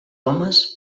homes